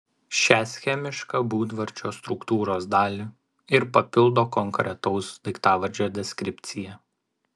šią schemišką būdvardžio struktūros dalį ir papildo konkretaus daiktavardžio deskripcija